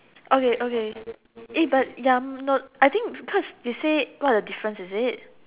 okay okay eh but ya no I think because they say what's the difference is it